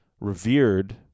revered